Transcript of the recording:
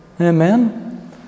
Amen